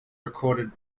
recorded